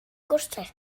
gwrtais